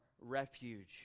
refuge